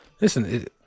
listen